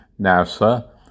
NASA